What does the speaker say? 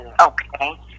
Okay